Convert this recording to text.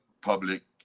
public